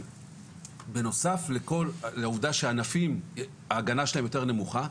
בנוסף לעובדה שהענפים ההגנה שלהם יותר נמוכה,